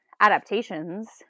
adaptations